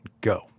Go